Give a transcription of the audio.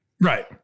Right